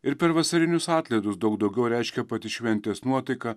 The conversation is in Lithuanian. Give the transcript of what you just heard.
ir per vasarinius atlaidus daug daugiau reiškia pati šventės nuotaika